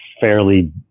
fairly